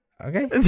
Okay